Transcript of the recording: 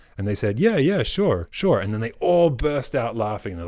and they said, yeah yeah sure. sure. and then they all burst out laughing. and